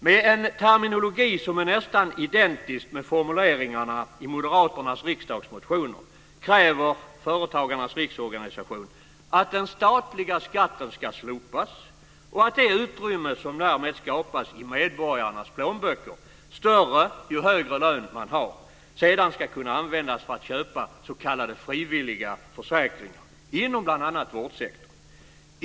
Med en terminologi som är nästan identisk med formuleringarna i moderaternas riksdagsmotioner kräver Företagarnas riksorganisation att den statliga skatten ska slopas och att det utrymme som därmed skapas i medborgarnas plånböcker, större ju högre lön man har, sedan ska kunna användas för att köpa s.k. frivilliga försäkringar inom bl.a. vårdsektorn.